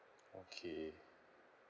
okay